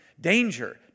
danger